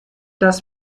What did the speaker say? dass